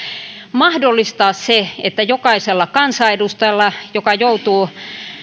mahdollistaa se että jokaisella kansanedustajalla joka joutuu